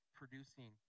producing